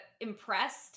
impressed